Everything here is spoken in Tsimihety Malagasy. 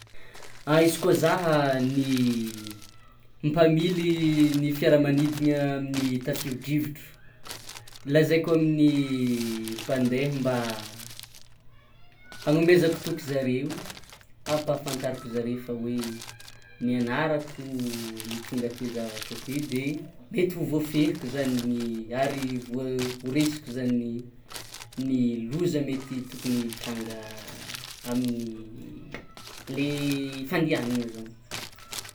Izy koa zah ny mpamilin'ny fiaramagnidiny amin'ny tafiodrivotra lazaiko amin'ny mpandeha mba hanomezako toky zareo ampafantariko zare fa hoe ny anarako no mitonga ty zavatra ty de to voafehiko zany ary voa- ho resiko zany ny loza mety tokony hitranga amin'ny le fandianana zany.